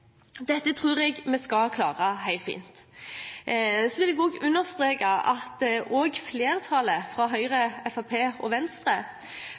Dette tror jeg vi skal klare helt fint. Jeg vil også understreke at flertallet, Høyre, Fremskrittspartiet og Venstre,